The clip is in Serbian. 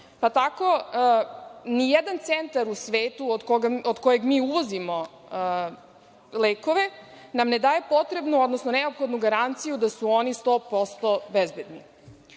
pa tako ni jedan centar u svetu od koga mi uvozimo lekove nam ne daje potrebno, odnosno neophodnu garanciju da su oni 100% bezbedni. Navela